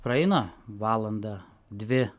praeina valanda dvi